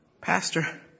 Pastor